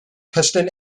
piston